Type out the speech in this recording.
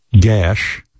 gash